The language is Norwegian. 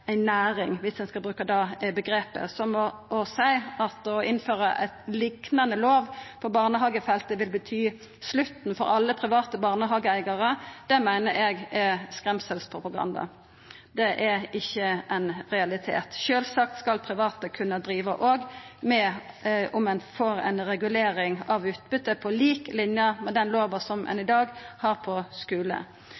liknande lov på barnehagefeltet betyr slutten for alle private barnehageeigarar, meiner eg er skremselspropaganda. Det er ikkje ein realitet. Sjølvsagt skal private kunna driva òg om ein får ei regulering av utbyte på lik line med lova som ein